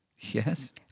Yes